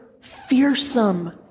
fearsome